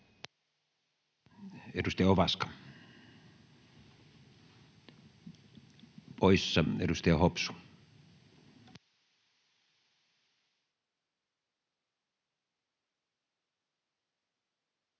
Edustaja Ovaska poissa. — Edustaja Hopsu.